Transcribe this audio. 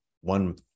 one